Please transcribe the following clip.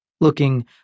looking